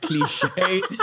cliche